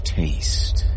taste